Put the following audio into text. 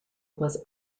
was